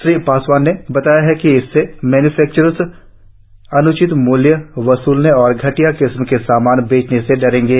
श्री पासवान ने बताया कि इससे मैन्फक्चरर अन्चित मूल्य वसूलने और घटिया किस्म का सामान बेचने पर डरेंगे